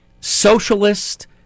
socialist